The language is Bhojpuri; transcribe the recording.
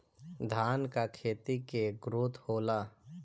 धान का खेती के ग्रोथ होला?